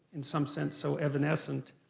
in some sense, so evanescent,